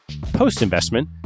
Post-investment